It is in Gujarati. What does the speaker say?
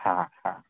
હા હા